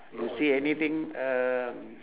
you see anything uh